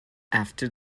after